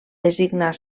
designar